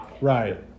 right